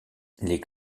les